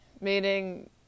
meaning